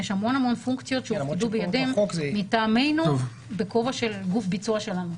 יש המון המון פונקציות שהופקדו בידיו מטעמנו בכובע של גוף ביצוע שלנו.